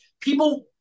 People